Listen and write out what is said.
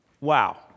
Wow